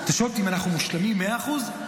אתה שואל אותי אם אנחנו מושלמים במאה אחוז,